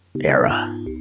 era